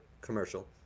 commercial